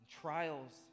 trials